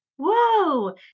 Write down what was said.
whoa